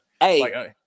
Hey